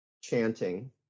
chanting